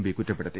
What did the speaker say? P കുറ്റപ്പെടുത്തി